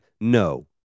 No